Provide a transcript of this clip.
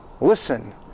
listen